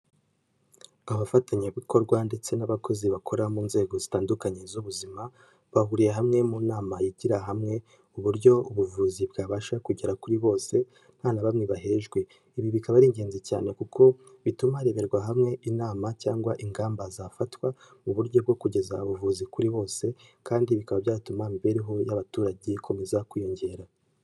Abafatanyabikorwa ndetse n'abakozi bakora mu nzego zitandukanye z'ubuzima, bahuriye hamwe mu nama yigira hamwe uburyo ubuvuzi bwabasha kugera kuri bose nta na bamwe bahejwe. Ibi bikaba ari ingenzi cyane kuko bituma hareberwa hamwe inama cyangwa ingamba zafatwa mu buryo bwo kugeza ubuvuzi kuri bose kandi bikaba byatuma imibereho y'abaturage ikomeza kwiyongera.